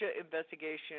investigation